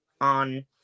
on